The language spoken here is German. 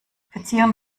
verzieren